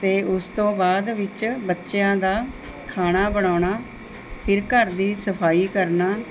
ਅਤੇ ਉਸ ਤੋਂ ਬਾਅਦ ਵਿੱਚ ਬੱਚਿਆਂ ਦਾ ਖਾਣਾ ਬਣਾਉਣਾ ਫਿਰ ਘਰ ਦੀ ਸਫਾਈ ਕਰਨਾ